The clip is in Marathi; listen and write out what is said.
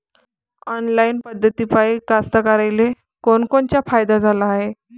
ऑनलाईन पद्धतीपायी कास्तकाराइले कोनकोनचा फायदा झाला हाये?